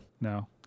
No